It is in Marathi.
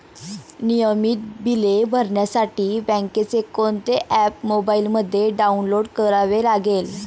नियमित बिले भरण्यासाठी बँकेचे कोणते ऍप मोबाइलमध्ये डाऊनलोड करावे लागेल?